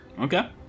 Okay